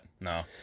No